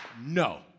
no